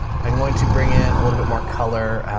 i'm going to bring in a little bit more color,